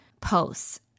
posts